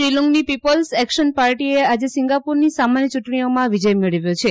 શ્રી લૂંગની people's action પાર્ટીએ આજે સિંગાપુરની સામાન્ય યૂંટણીમાં વિજય મેળવ્યો છે